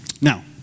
Now